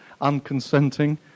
unconsenting